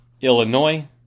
Illinois